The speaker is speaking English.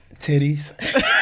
titties